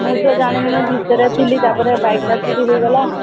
ମୁଁ ତ ଜାଣିନି ମୁଁ ଭିତରେ ଥିଲି ତାପରେ ବାଇକ୍ଟା ଚୁରି ହେଇଗଲା